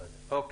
אוקיי.